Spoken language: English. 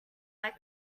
like